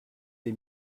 les